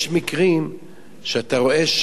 יש מקרים שאתה רואה,